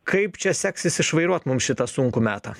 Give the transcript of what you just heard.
kaip čia seksis išvairuot mum šitą sunkų metą